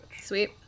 Sweet